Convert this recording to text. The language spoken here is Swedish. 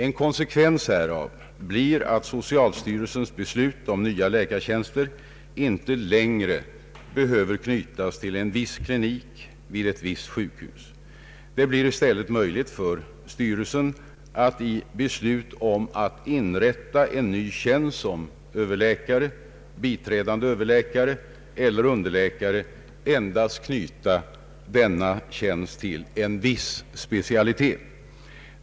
En konsekvens härav blir att socialstyrelsens beslut om nya läkartjänster inte längre behöver knytas till en viss klinik vid ett visst sjukhus. Det blir i stället möjligt för styrelsen att i beslut om att inrätta en ny tjänst som överläkare, biträdande överläkare eller underläkare endast knyta denna tjänst till en viss specialitet.